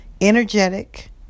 energetic